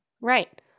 Right